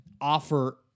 offer